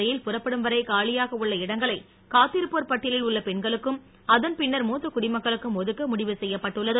ர யி ல் புற ப்படும் வரை கா லியாக உள்ள இடங்களை காத் தி ரு ப்போ ரி பட்டிய வில் உள்ள பெண்களுக்கும் அதன் பி ன்ன ர மு த்த குடிமக்களுக்கு ம் ஒதுக்க முடிவு செய்யப் ப ட்டுள்ளது